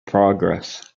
progress